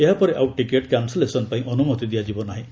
ଏହା ପରେ ଆଉ ଟିକେଟ୍ କ୍ୟାନସଲେସନ୍ ପାଇଁ ଅନୁମତି ଦିଆଯିବ ନାହିଁ